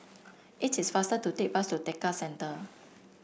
it is faster to take bus to Tekka Centre